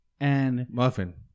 Muffin